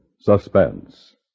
suspense